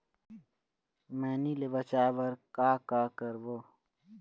मैनी ले बचाए बर का का करबो?